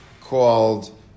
called